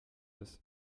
ist